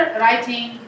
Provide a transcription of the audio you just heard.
writing